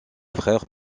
frères